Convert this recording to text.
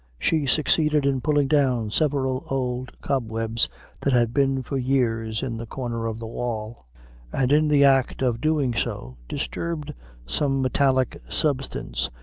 she succeeded in pulling down several old cobwebs that had been for years in the corner of the wall and in the act of doing so, disturbed some metallic substance,